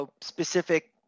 specific